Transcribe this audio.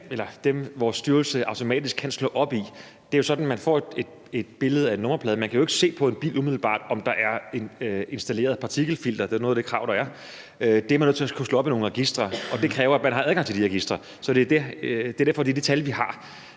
dem, vores styrelse automatisk kan slå op i. Det er jo sådan, at man får et billede af en nummerplade. Man kan jo ikke umiddelbart se på en bil, om der er installeret et partikelfilter, hvilket er et af de krav, der er, men det er man nødt til at skulle slå op i nogle registre, og det kræver, at man har adgang til de registre. Så det er derfor, at det er